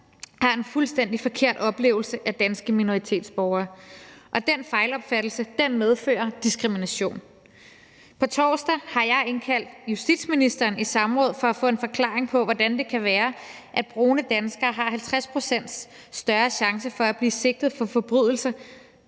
har en fuldstændig forkert oplevelse af danske minoritetsborgere, og at den fejlopfattelse medfører diskrimination. På torsdag skal justitsministeren i samråd, som jeg har indkaldt til, for at vi kan få en forklaring på, hvordan det kan være, at brune danskere har 50 pct. større risiko for at blive sigtet for forbrydelser,